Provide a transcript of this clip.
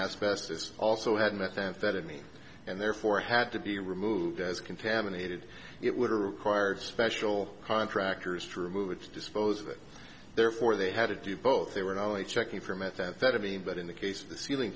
asbestos also had methamphetamine and therefore had to be removed as contaminated it would have required special contractors to remove its disposal therefore they had to do both they were not only checking for methamphetamine but in the case of the ceiling